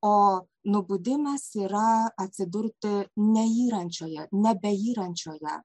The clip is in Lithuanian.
o nubudimas yra atsidurti neyrančioje nebeyrančioje